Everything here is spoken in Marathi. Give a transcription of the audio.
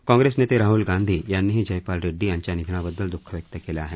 काँग्रेस नेते राहल गांधी यांनीही जयपाल रेड्डी यांच्या निधनाबद्दल द्ःख व्यक्त केलं आहे